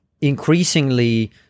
increasingly